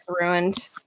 ruined